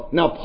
Now